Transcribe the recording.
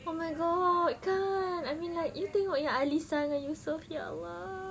oh my god kan I mean like you tengok alisa dengan yusuf ya allah